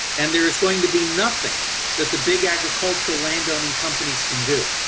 and, there is going to be nothing that the big agricultural landowning companies can do.